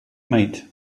might